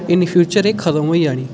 इन future एह् खत्म होई जानी